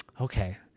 okay